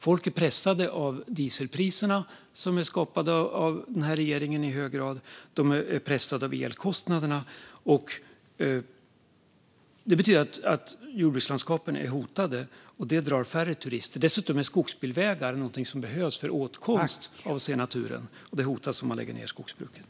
Folk är pressade av dieselpriserna, som i hög grad är skapade av den här regeringen, och de är pressade av elkostnaderna. Det betyder att jordbrukslandskapen är hotade, och det drar färre turister. Dessutom är skogsbilvägar något som behövs för åtkomst till att se naturen. Den hotas om man lägger ned skogsbruket.